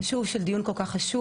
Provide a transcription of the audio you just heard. של דיון כל כך חשוב.